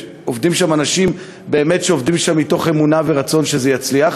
והאנשים שם באמת עובדים מתוך אמונה ורצון שזה יצליח.